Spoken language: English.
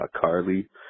Carly